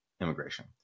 immigration